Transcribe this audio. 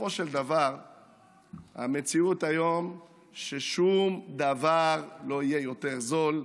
ובסופו של דבר המציאות היום היא ששום דבר לא יהיה יותר זול.